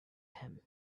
him